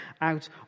out